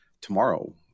tomorrow